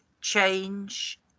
change